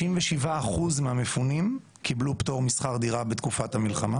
97% מהמפונים קיבלו פטור משכר דירה בתקופת המלחמה.